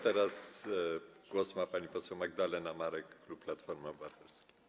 Teraz głos ma pani poseł Magdalena Marek, klub Platformy Obywatelskiej.